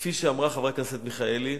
כפי שאמרה חברת הכנסת מיכאלי,